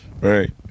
Right